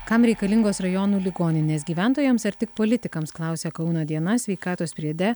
kam reikalingos rajonų ligoninės gyventojams ar tik politikams klausia kauno diena sveikatos priede